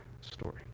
story